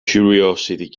curiosity